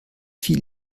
fiel